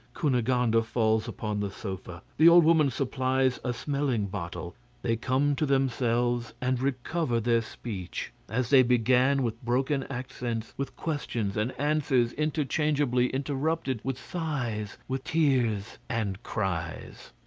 cunegonde ah falls upon the sofa. the old woman supplies a smelling bottle they come to themselves and recover their speech. as they began with broken accents, with questions and answers interchangeably interrupted with sighs, with tears, and cries.